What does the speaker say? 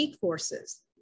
courses